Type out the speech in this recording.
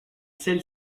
celle